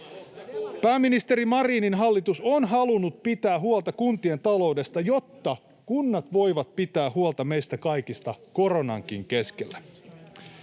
Pääministeri Marinin hallitus on halunnut pitää huolta kuntien taloudesta, jotta kunnat voivat pitää huolta meistä kaikista koronankin keskellä.